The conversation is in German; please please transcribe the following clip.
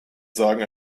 sagen